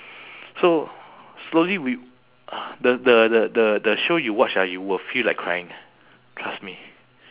so slowly we uh the the the the the show you watch ah you will feel like crying trust me